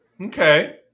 Okay